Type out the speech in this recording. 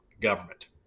government